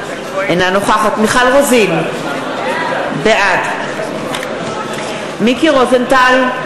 אינה נוכחת מיכל רוזין, בעד מיקי רוזנטל,